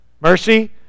Mercy